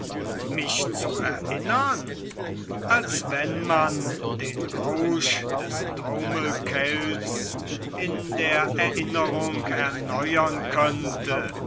mich zu erinnern als wenn man den rausch des taumelkelchs in der erinnerung erneuern könnte